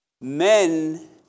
Men